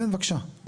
כן, בבקשה.